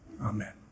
Amen